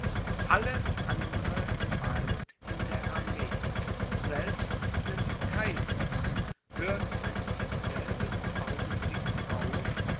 alle andere gewalt in der armee selbst des kaisers hörte in demselben augenblick auf